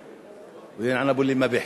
בּיחכּי וינעל אבּו אללי מה בַּיחכּי.